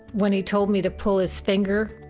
when he told me to pull his finger,